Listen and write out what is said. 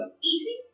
Easy